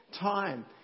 time